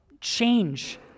change